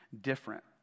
different